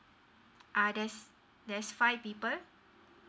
uh there's there's five people